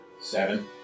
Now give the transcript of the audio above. Seven